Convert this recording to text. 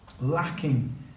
lacking